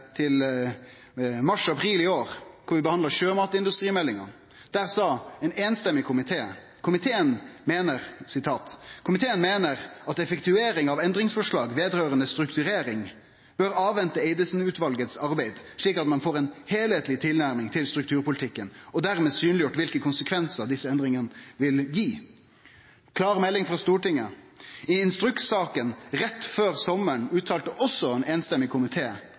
tilbake til mars–april i år, da vi behandla sjømatindustrimeldinga. Da sa ein samrøystes komité: «Komiteen mener at effektuering av endringsforslag vedrørende strukturering bør avvente Eidesen-utvalgets arbeid, slik at man får en helhetlig tilnærming til strukturpolitikken, og dermed synliggjort hvilke konsekvenser disse endringene vil gi.» Det var klar melding frå Stortinget. I instrukssaka rett før sommaren uttalte komiteen – også